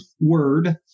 word